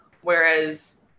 Whereas